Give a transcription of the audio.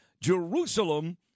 Jerusalem